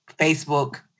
Facebook